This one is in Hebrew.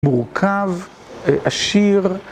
מורכב, עשיר.